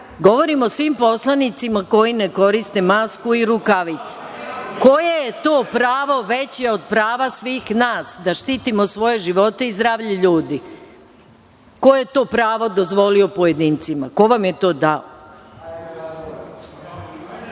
Govorim o svim poslanicima koji ne koriste masku i rukavice. Koje je to pravo veće od prava svih nas da štitimo svoje živote i zdravlje ljudi? Ko je to pravo dozvolio pojedincima? Ko vam je to dao?